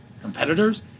competitors